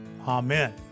Amen